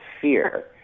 fear